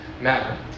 matter